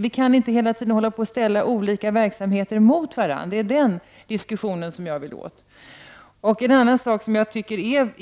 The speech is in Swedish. Vi kan inte bara ställa olika verksamheter mot varandra. Det är den diskussionen som jag vill föra. En annan sak som jag tycker